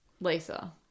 Lisa